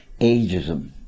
ageism